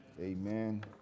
amen